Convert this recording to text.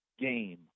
game